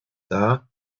dar